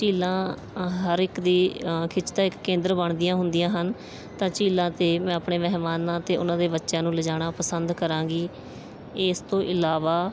ਝੀਲਾਂ ਹਰ ਇੱਕ ਦੀ ਖਿੱਚ ਦਾ ਇੱਕ ਕੇਂਦਰ ਬਣਦੀਆਂ ਹੁੰਦੀਆਂ ਹਨ ਤਾਂ ਝੀਲਾਂ 'ਤੇ ਮੈਂ ਆਪਣੇ ਮਹਿਮਾਨਾਂ ਅਤੇ ਉਹਨਾਂ ਦੇ ਬੱਚਿਆਂ ਨੂੰ ਲਿਜਾਣਾ ਪਸੰਦ ਕਰਾਂਗੀ ਇਸ ਤੋਂ ਇਲਾਵਾ